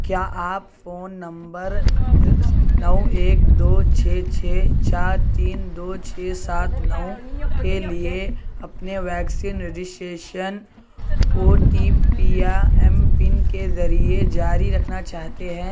کیا آپ phone number نو ایک دو چھ چھ چار تین دو چھ سات نو کے لیے اپنے vaccine registration O T P یا ایم پن کے ذریعے جاری رکھنا چاہتے ہیں